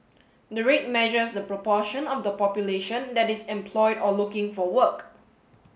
the rate measures the proportion of the population that is employed or looking for work